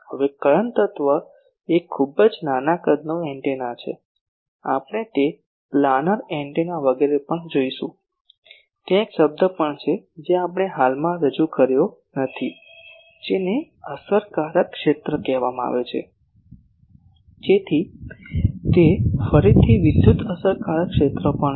હવે કરંટ તત્વ એ ખૂબ જ નાના કદનો એન્ટેના છે આપણે તે પ્લાનર એન્ટેના વગેરે પણ જોશું ત્યાં એક શબ્દ પણ છે જે આપણે હાલમાં રજૂ કર્યો નથી જેને અસરકારક ક્ષેત્ર કહેવામાં આવે છે જેથી તે ફરીથી વિદ્યુત અસરકારક ક્ષેત્ર પણ છે